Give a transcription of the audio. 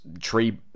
tree